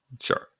sure